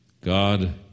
God